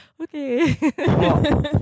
okay